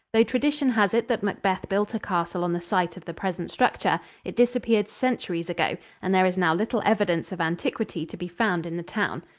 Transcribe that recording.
though tradition has it that macbeth built a castle on the site of the present structure, it disappeared centuries ago, and there is now little evidence of antiquity to be found in the town.